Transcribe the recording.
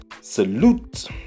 salute